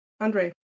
Andre